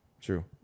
True